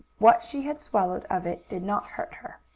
what she had swallowed of it did not hurt her.